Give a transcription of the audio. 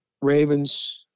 Ravens